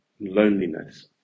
loneliness